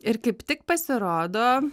ir kaip tik pasirodo